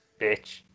Bitch